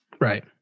Right